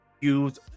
use